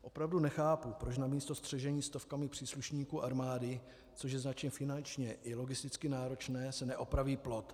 Opravdu nechápu, proč se namísto střežení stovkami příslušníků armády, což je značně finančně i logisticky náročné, neopraví plot.